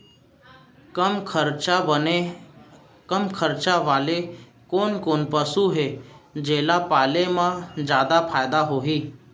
कम खरचा वाले कोन कोन पसु हे जेला पाले म जादा फायदा होही?